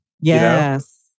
Yes